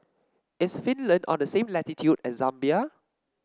is Finland on the same latitude as Zambia